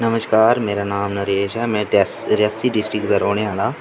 नमस्कार मेरा नां नरेश ऐ में रियासी डिस्ट्रक्ट दा रौह्ने आह्ला आं